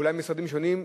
ואולי משרדים שונים,